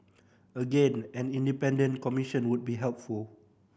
again an independent commission would be helpful